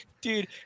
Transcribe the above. dude